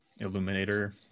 illuminator